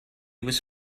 was